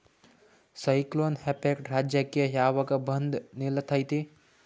Cyclone effect ರಾಜ್ಯಕ್ಕೆ ಯಾವಾಗ ಬಂದ ನಿಲ್ಲತೈತಿ?